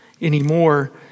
anymore